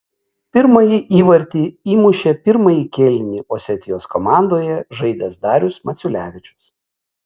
pirmą įvartį įmušė pirmąjį kėlinį osetijos komandoje žaidęs darius maciulevičius